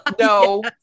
no